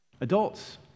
Adults